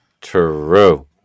True